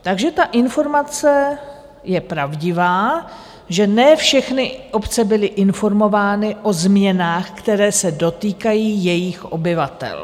Takže ta informace je pravdivá, že ne všechny obce byly informovány o změnách, které se dotýkají jejich obyvatel.